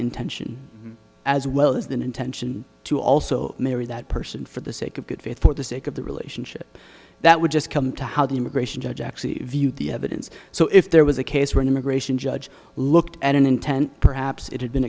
intention as well as an intention to also marry that person for the sake of good faith for the sake of the relationship that would just come to how the immigration judge actually viewed the evidence so if there was a case where an immigration judge looked at an intent perhaps it had been